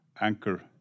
anchor